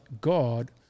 God